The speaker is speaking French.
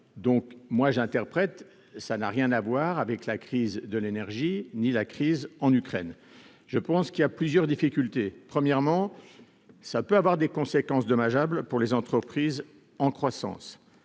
donc moi j'interprète ça n'a rien à voir avec la crise de l'énergie, ni la crise en Ukraine, je pense qu'il y a plusieurs difficultés : premièrement, ça peut avoir des conséquences dommageables pour les entreprises en croissance,